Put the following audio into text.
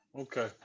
Okay